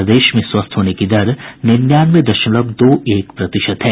प्रदेश में स्वस्थ होने की दर निन्यानवे दशमलव दो एक प्रतिशत है